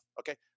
Okay